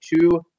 two